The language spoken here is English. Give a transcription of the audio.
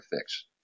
fix